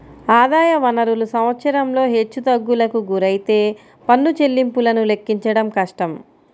ఆదాయ వనరులు సంవత్సరంలో హెచ్చుతగ్గులకు గురైతే పన్ను చెల్లింపులను లెక్కించడం కష్టం